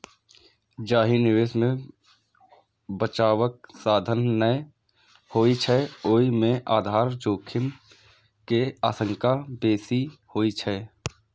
जाहि निवेश मे बचावक साधन नै होइ छै, ओय मे आधार जोखिम के आशंका बेसी होइ छै